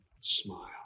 Smile